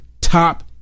top